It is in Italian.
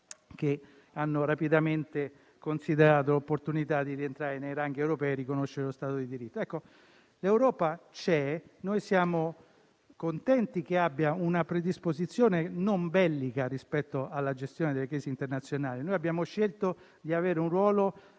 che hanno rapidamente considerato l'opportunità di rientrare nei ranghi europei e riconoscere lo Stato di diritto. L'Europa c'è e noi siamo contenti che abbia una predisposizione non bellica rispetto alla gestione delle crisi internazionali. Noi abbiamo scelto di avere un ruolo